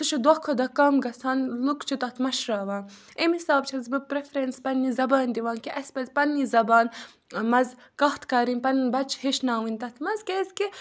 سُہ چھُ دۄہ کھۄتہٕ دۄہ کَم گژھان لُکھ چھِ تَتھ مٔشراوان امہِ حِسابہٕ چھَس بہٕ پرٛٮ۪فرَنٕس پَننہِ زَبانہِ دِوان کہِ اَسہِ پَزِ پَننی زَبان مَنٛز کَتھ کَرٕنۍ پَنٕنۍ بَچہِ ہیٚچھناوٕنۍ تَتھ منٛز کیٛازِکہِ